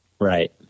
Right